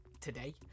today